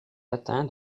atteint